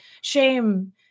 shame